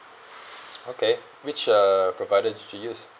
okay which are provider did you use